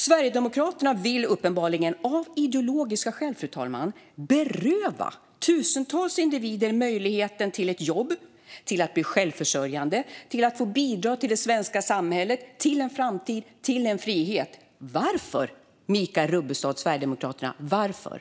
Sverigedemokraterna vill uppenbarligen av ideologiska skäl, fru talman, beröva tusentals individer möjligheten till ett jobb, till att bli självförsörjande, till att få bidra till det svenska samhället, till en framtid och till en frihet. Varför, Michael Rubbestad?